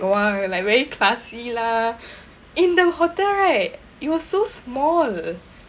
!wah! like very classy lah in the hotel right it was so small